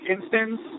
instance